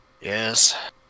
Yes